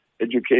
education